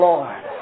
Lord